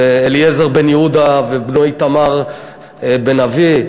ואליעזר בן-יהודה ובנו איתמר בן-אב"י.